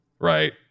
right